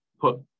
put